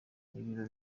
n’ibiro